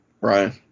Right